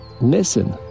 Listen